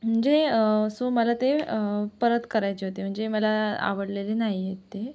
म्हणजे सो मला ते परत करायचे होते म्हणजे मला आवडलेले नाही आहेत ते